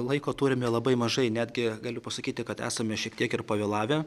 laiko turime labai mažai netgi galiu pasakyti kad esame šiek tiek ir pavėlavę